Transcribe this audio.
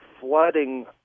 flooding